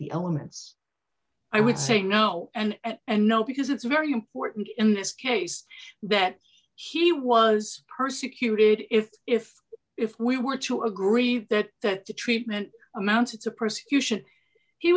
the elements i would say no and no because it's very important in this case bet's he was persecuted if if if we were to agree that that the treatment amounts of persecution he